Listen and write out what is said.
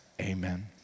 amen